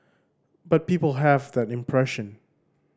but people have that impression